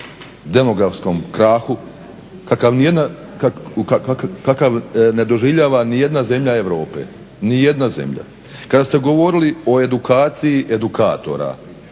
demografskom krahu kakav ne doživljava ni jedna zemlja Europe, ni jedna zemlja. Kada ste govorili o edukaciji edukatora,